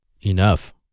enough